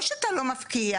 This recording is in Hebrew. או שאתה לא מפקיע